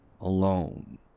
alone